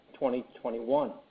2021